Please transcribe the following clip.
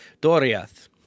Doriath